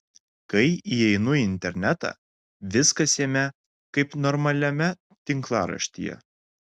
kai įeinu į internetą viskas jame kaip normaliame tinklaraštyje